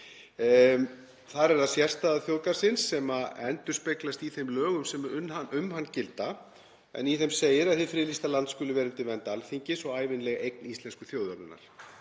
Þar er það sérstaða þjóðgarðsins sem endurspeglast í þeim lögum sem um hann gilda en í þeim segir að hið friðlýsta land skuli vera undir vernd Alþingis og ævinleg eign íslensku þjóðarinnar.